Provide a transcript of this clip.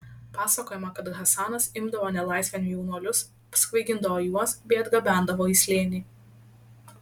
pasakojama kad hasanas imdavo nelaisvėn jaunuolius apsvaigindavo juos bei atgabendavo į slėnį